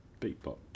Beatbox